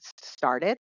started